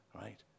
Right